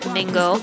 Mingo